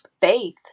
Faith